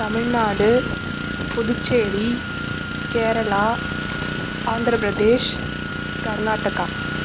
Tamil Nadu Puducherry Kerala Andhra Pradesh Karnataka